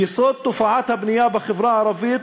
יסוד תופעת הבנייה בחברה הערבית,